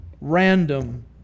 random